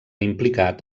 implicat